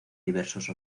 diversos